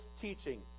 teaching